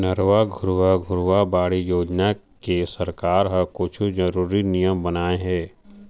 नरूवा, गरूवा, घुरूवा, बाड़ी योजना के सरकार ह कुछु जरुरी नियम बनाए हे